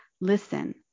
listen